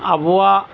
ᱟᱵᱚᱣᱟᱜ